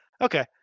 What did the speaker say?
Okay